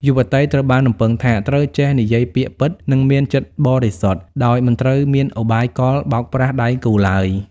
យុវតីត្រូវបានរំពឹងថា ត្រូវចេះ "និយាយពាក្យពិត និងមានចិត្តបរិសុទ្ធ" ដោយមិនត្រូវមានឧបាយកលបោកប្រាស់ដៃគូឡើយ។